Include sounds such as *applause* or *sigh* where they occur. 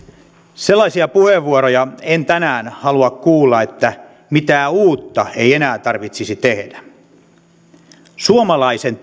sellaisia puheenvuoroja en tänään halua kuulla että mitään uutta ei enää tarvitsisi tehdä suomalaisen *unintelligible*